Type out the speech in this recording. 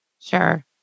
Sure